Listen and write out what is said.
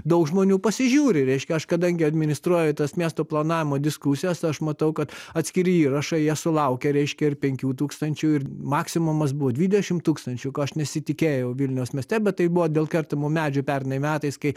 daug žmonių pasižiūri reiškia aš kadangi administruoju tas miesto planavimo diskusijas aš matau kad atskiri įrašai jie sulaukia reiškia ir penkių tūkstančių ir maksimumas buvo dvidešimt tūkstančių ko aš nesitikėjau vilniaus mieste bet tai buvo dėl kertamų medžių pernai metais kai